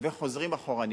וחוזרים אחורנית.